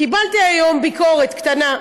קיבלתי היום ביקורת קטנה,